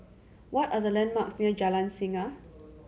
what are the landmarks near Jalan Singa